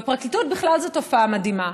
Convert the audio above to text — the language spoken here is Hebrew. בפרקליטות זו בכלל תופעה מדהימה.